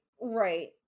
right